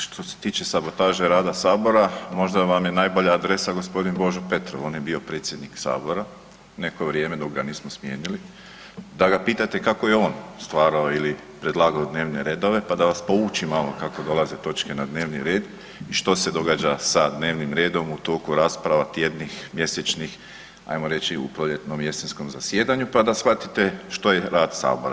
Što se tiče sabotaže rada Sabora, možda vam je najbolja adresa g. Božo Petrov, on je bio predsjednik Sabora, neko vrijeme dok ga nismo smijenili, da ga pitate kako je on stvarao ili predlagao dnevne redove pa da vas pouči malo kako dolaze točke na dnevni red i što se događa sa dnevnim redom u toku rasprava tjednih, mjesečnih, ajmo reći u proljetnom i jesenskom zasjedanju pa da shvatite što je rad Sabora.